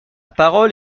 parole